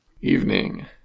Evening